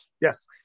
Yes